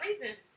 reasons